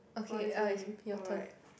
oh that's me alright